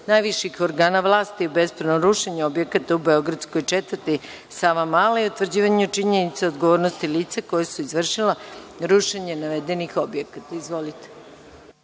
najviših organa vlasti u bespravnom rušenju objekata u beogradskoj četvrti Savamala i utvrđivanje činjenice odgovornosti lica koja su izvršila rušenje navedenih objekata. Izvolite.